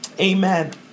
Amen